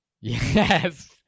Yes